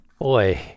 Boy